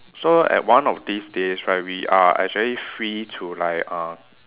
so at one of these days right we are actually free to like uh